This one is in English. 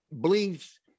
believes